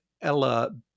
Ella